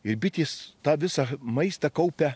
ir bitės tą visą maistą kaupia